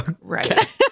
Right